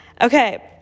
Okay